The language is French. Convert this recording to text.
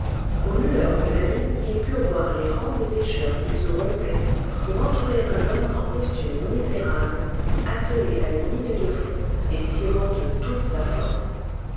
aux lueurs de la lune ils purent voir les rangs des pêcheurs qui se rompaient pour entourer un homme en costume misérable attelé à une ligne de fond et tirant de toute sa force